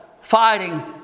fighting